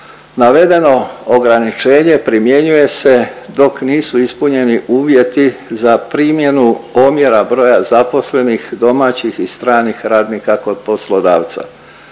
Navedeno ograničenje primjenjuje se dok nisu ispunjeni uvjeti za primjenu omjera broja zaposlenih domaćih i stranih radnika kod poslodavca.